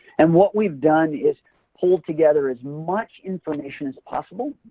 and what we've done is pull together as much information as possible.